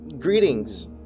Greetings